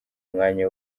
umwanya